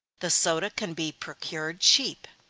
the soda can be procured cheap,